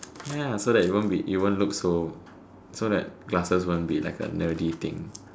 ya so that you won't be so you won't look so so glasses won't be like a nerdy thing